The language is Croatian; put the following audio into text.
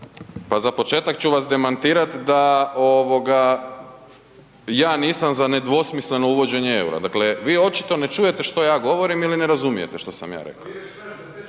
Pa za početak ću vas demantirati da ja nisam za nedvosmisleno uvođenje eura, dakle vi očito ne čujete što ja govorim ili ne razumijete što sam ja rekao.